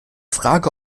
frage